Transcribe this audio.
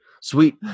Sweet